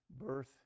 birth